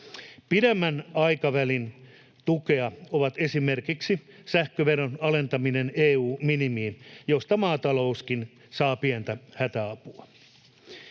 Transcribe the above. Pidemmän aikavälin tukea on esimerkiksi sähköveron alentaminen EU-minimiin, josta maatalouskin saa pientä hätäapua.